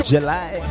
July